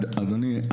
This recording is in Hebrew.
אדוני,